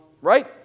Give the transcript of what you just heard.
right